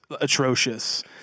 atrocious